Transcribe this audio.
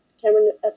Cameron